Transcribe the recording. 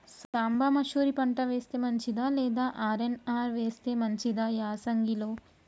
సాంబ మషూరి పంట వేస్తే మంచిదా లేదా ఆర్.ఎన్.ఆర్ వేస్తే మంచిదా యాసంగి లో?